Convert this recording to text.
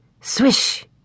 swish